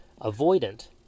avoidant